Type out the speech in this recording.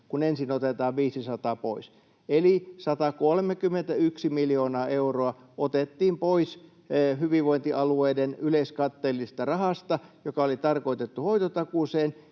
ensin otetaan 500 pois. Eli 131 miljoonaa euroa otettiin pois hyvinvointialueiden yleiskatteellisesta rahasta, joka oli tarkoitettu hoitotakuuseen,